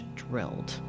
drilled